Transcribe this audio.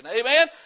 Amen